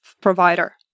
provider